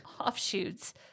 offshoots